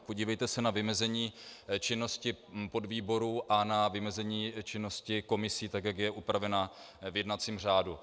Podívejte se na vymezení činnosti podvýboru a na vymezení činnosti komisí, tak jak je upravena v jednacím řádu.